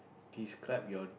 describe your